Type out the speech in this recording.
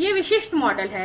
यह विशिष्ट मॉडल है